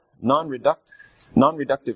non-reductive